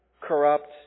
corrupt